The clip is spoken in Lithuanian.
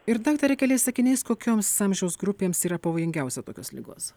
ir daktare keliais sakiniais kokioms amžiaus grupėms yra pavojingiausia tokios ligos